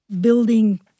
building